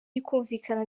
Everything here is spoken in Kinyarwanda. rikumvikana